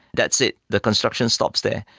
that's it, the construction stops there.